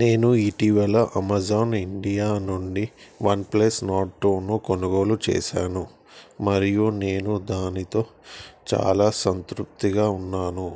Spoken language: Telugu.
నేను ఇటీవల అమాజాన్ ఇండియా నుండి వన్ ప్లస్ నార్డ్ టూను కొనుగోలు చేసాను మరియు నేను దానితో చాలా సంతృప్తిగా ఉన్నాను